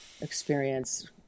experience